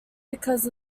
because